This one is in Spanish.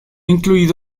incluido